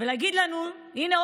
ולהגיד לנו: הינה,